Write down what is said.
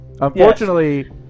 Unfortunately